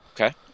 okay